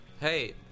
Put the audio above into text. hey